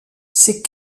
ces